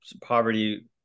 poverty